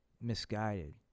misguided